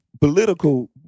political